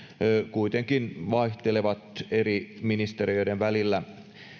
kuitenkin vaihtelevat eri ministeriöiden välillä